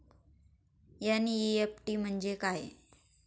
NEFT म्हणजे काय?